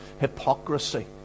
hypocrisy